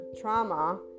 trauma